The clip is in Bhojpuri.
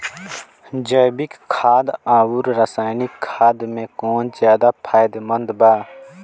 जैविक खाद आउर रसायनिक खाद मे कौन ज्यादा फायदेमंद बा?